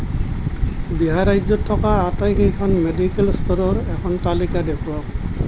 বিহাৰ ৰাজ্যত থকা আটাইকেইখন মেডিকেল ষ্ট'ৰৰ এখন তালিকা দেখুৱাওক